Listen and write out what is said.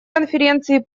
конференции